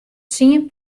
tsien